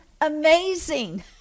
amazing